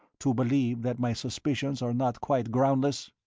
to believe that my suspicions are not quite groundless?